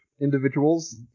individuals